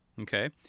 Okay